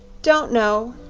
don't know,